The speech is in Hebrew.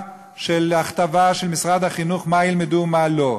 של הכתבה של משרד החינוך מה ילמדו ומה לא.